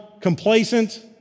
complacent